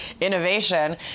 innovation